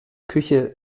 küche